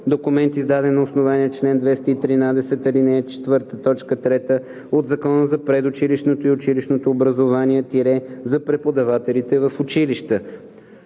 документ, издаден на основание чл. 213, ал. 4, т. 3 от Закона за предучилищното и училищното образование – за преподавателите в училища;